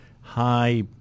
high